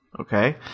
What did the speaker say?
Okay